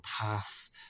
path